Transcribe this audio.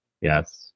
Yes